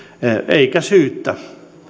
eikä syyttä